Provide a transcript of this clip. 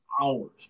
hours